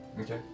Okay